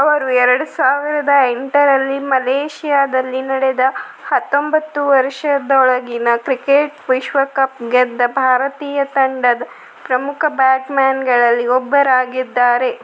ಅವರು ಎರಡು ಸಾವಿರದ ಎಂಟರಲ್ಲಿ ಮಲೇಷ್ಯಾದಲ್ಲಿ ನಡೆದ ಹತ್ತೊಂಬತ್ತು ವರ್ಷದೊಳಗಿನ ಕ್ರಿಕೆಟ್ ವಿಶ್ವಕಪ್ ಗೆದ್ದ ಭಾರತೀಯ ತಂಡದ ಪ್ರಮುಖ ಬ್ಯಾಟ್ಮ್ಯಾನ್ಗಳಲ್ಲಿ ಒಬ್ಬರಾಗಿದ್ದಾರೆ